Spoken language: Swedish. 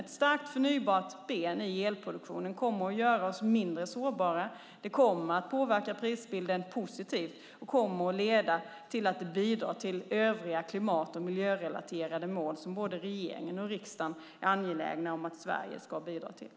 Ett starkt förnybart ben i elproduktionen kommer att göra oss mindre sårbara, påverka prisbilden positivt och bidra till övriga klimat och miljörelaterade mål som regeringen och riksdagen är angelägna om att Sverige ska uppfylla.